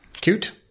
Cute